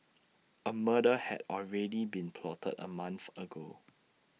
A murder had already been plotted A month ago